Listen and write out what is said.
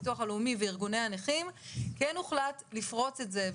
הביטוח הלאומי וארגוני הנכים כן הוחלט לפרוץ את זה,